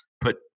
put